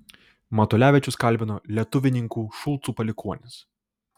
matulevičius kalbino lietuvininkų šulcų palikuonis